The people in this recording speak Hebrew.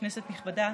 כנסת נכבדה,